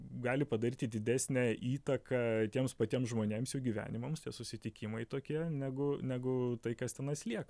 gali padaryti didesnę įtaką tiems patiems žmonėms jų gyvenimams tie susitikimai tokie negu negu tai kas tenais lieka